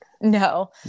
No